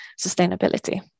sustainability